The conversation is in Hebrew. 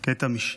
תיק קטן.